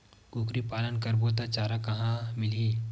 कुकरी पालन करबो त चारा कहां मिलही?